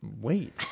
Wait